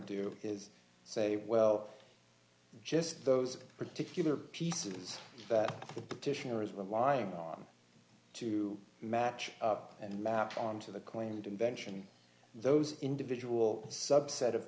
do is say well just those particular pieces that petitioners were lying on to match up and mapped onto the claimed invention those individual subset of